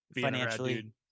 financially